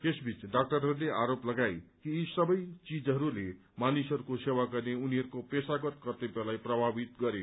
यसै बीच डाक्टरहरूले आरोप लगाए कि यी सबै चीजहरूले मानिसहरूको सेवा गर्ने उनीहरूको पेशागत कर्तव्यलाई प्रभावित गरे